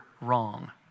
wrong